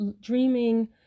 dreaming